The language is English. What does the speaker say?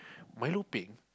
milo peng